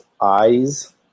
eyes